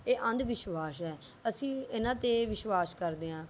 ਇਹ ਅੰਧਵਿਸ਼ਵਾਸ ਹੈ ਅਸੀਂ ਇਹਨਾਂ 'ਤੇ ਵਿਸ਼ਵਾਸ ਕਰਦੇ ਹਾਂ